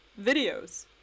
videos